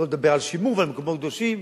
שלא לדבר על שימור ועל מקומות קדושים.